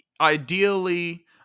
ideally